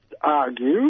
argue